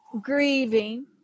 grieving